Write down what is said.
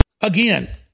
again